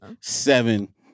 seven